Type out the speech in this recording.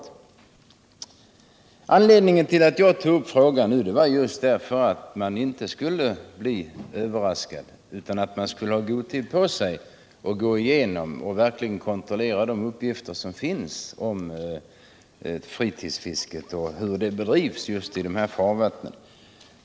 Anledningen till att jag tog upp frågan var just att de som skall fatta beslut inte skulle bli överraskade utan ha god tid på sig att gå igenom och verkligen kontrollera de uppgifter som finns om fritidsfisket och hur det bedrivs i just de här farvattnen.